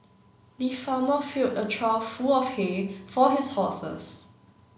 the farmer filled a trough full of hay for his horses